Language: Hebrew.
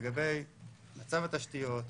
לגבי מצב התשתיות,